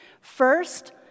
First